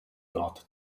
nord